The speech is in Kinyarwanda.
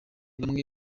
bamwe